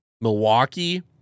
Milwaukee